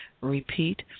Repeat